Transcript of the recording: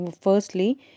firstly